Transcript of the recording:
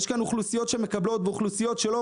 יש כאן אוכלוסיות שמקבלות ואוכלוסיות שלא.